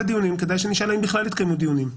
דיונים כדאי שנשאל האם בכלל התקיימו דיונים.